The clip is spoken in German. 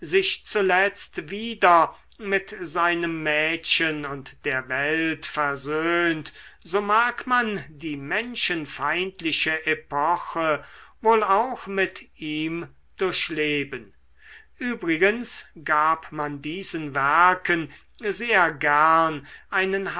sich zuletzt wieder mit seinem mädchen und der welt versöhnt so mag man die menschenfeindliche epoche wohl auch mit ihm durchleben übrigens gab man diesen werken sehr gern einen